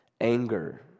Anger